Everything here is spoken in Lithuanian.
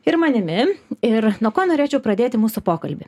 ir manimi ir nuo ko norėčiau pradėti mūsų pokalbį